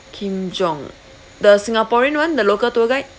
Kim Jong ah the singaporean one the local tour guide